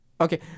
Okay